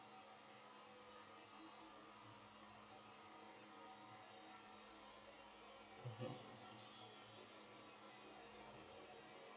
mmhmm